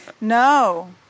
no